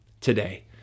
today